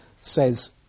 says